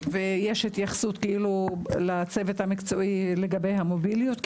ויש התייחסות לצוות המקצועי לגבי המוביליות?